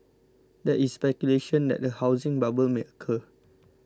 there is speculation that a housing bubble may occur